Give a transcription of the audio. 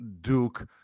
Duke